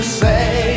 say